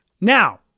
Now